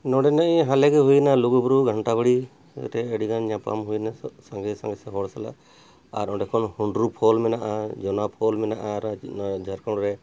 ᱱᱚᱰᱮ ᱱᱮᱜᱼᱮ ᱦᱟᱞᱮ ᱜᱮ ᱦᱩᱭᱱᱟ ᱞᱩᱜᱩᱵᱩᱨᱩ ᱜᱷᱟᱱᱴᱟ ᱵᱟᱲᱮ ᱨᱮ ᱟᱹᱰᱤ ᱜᱟᱱ ᱧᱟᱯᱟᱢ ᱦᱩᱭᱮᱱᱟ ᱥᱟᱸᱜᱮ ᱥᱟᱸᱜᱮ ᱥᱮ ᱦᱚᱲ ᱥᱟᱞᱟᱜ ᱟᱨ ᱚᱸᱰᱮ ᱠᱷᱚᱱ ᱦᱩᱱᱰᱨᱩ ᱯᱷᱚᱞ ᱢᱮᱱᱟᱜᱼᱟ ᱡᱚᱱᱟ ᱯᱷᱚᱞ ᱢᱮᱱᱟᱜᱼᱟ ᱟᱨ ᱡᱷᱟᱲᱠᱷᱚᱸᱰ ᱨᱮ